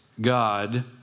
God